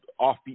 offbeat